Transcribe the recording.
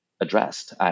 addressed